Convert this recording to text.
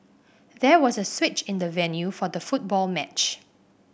there was a switch in the venue for the football match